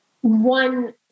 one